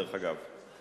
דרך אגב.